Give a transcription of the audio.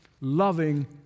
loving